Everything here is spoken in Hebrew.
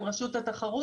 עם רשות התחרות,